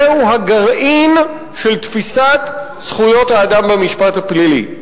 זהו הגרעין של תפיסת זכויות האדם במשפט הפלילי.